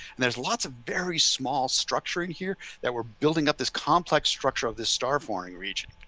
and there's lots of very small structuring here that we're building up, this complex structure of this star forming region.